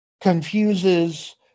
confuses